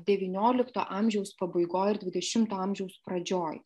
devyniolikto amžiaus pabaigoj ir dvidešimto amžiaus pradžioj